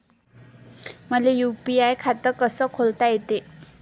मले यू.पी.आय खातं कस खोलता येते?